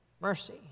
Mercy